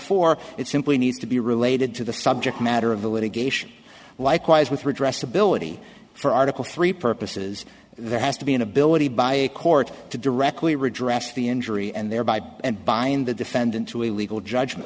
four it simply needs to be related to the subject matter of the litigation likewise with redress ability for article three purposes there has to be an ability by a court to do correctly redress the injury and thereby and bind the defendant to a legal judgment